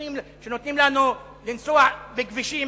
שנותנים לנו לנסוע בכבישים,